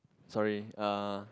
sorry uh